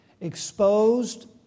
exposed